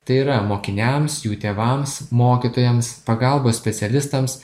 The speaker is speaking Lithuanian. tai yra mokiniams jų tėvams mokytojams pagalbos specialistams